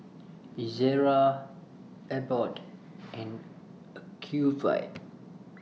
Ezerra Abbott and Ocuvite